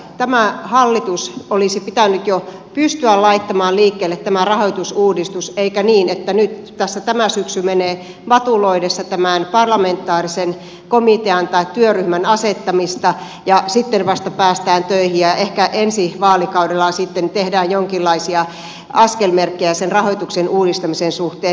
tämän hallituksen olisi pitänyt jo pystyä laittamaan liikkeelle tämä rahoitusuudistus eikä niin että tässä tämä syksy menee vatuloidessa tämän parlamentaarisen komitean tai työryhmän asettamista ja sitten vasta päästään töihin ja ehkä ensi vaalikaudella sitten tehdään jonkinlaisia askelmerkkejä sen rahoituksen uudistamisen suhteen